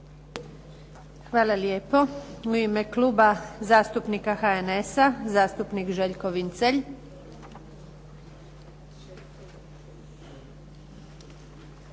Hvala lijepo. U ime Kluba zastupnika HNS-a, zastupnik Željko Vincelj.